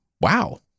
Wow